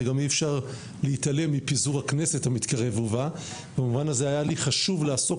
ואי אפשר להתעלם מפיזור הכנסת במובן הזה היה לי חשוב לעסוק